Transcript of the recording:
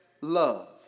love